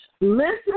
Listen